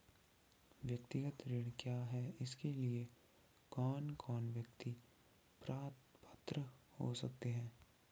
व्यक्तिगत ऋण क्या है इसके लिए कौन कौन व्यक्ति पात्र हो सकते हैं?